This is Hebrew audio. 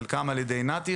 חלקם על ידי נת"י,